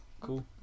Cool